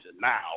now